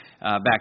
back